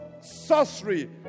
sorcery